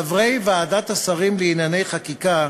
חברי ועדת השרים לענייני חקיקה